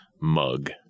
mug